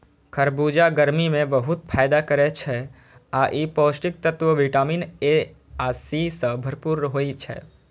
खरबूजा गर्मी मे बहुत फायदा करै छै आ ई पौष्टिक तत्व विटामिन ए आ सी सं भरपूर होइ छै